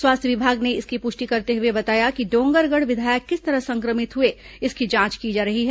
स्वास्थ्य विभाग ने इसकी पुष्टि करते हुए बताया कि डोंगरगढ़ विधायक किस तरह संक्रमित हुए इसकी जांच की जा रही है